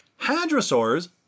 Hadrosaurs